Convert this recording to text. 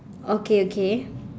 okay okay